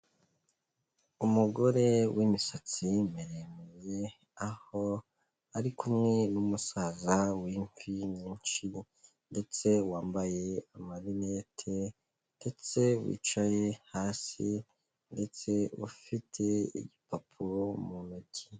Umugore w'imisatsi miremire, aho ari kumwe n'umusaza w'imvi nyinshi ndetse wambaye amarineti ndetse wicaye hasi ndetse ufite igipapuro mu ntoki.